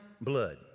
blood